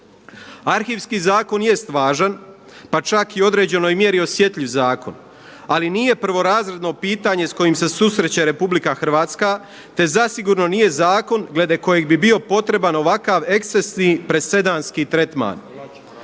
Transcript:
Arhivski zakon jest važan, pa čak i u određenoj mjeri osjetljiv zakon ali nije prvorazredno pitanje s kojim se susreće RH, te zasigurno nije zakon glede kojeg bi bio potreban ovakav ekscesni presedanski tretman.